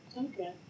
Okay